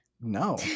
No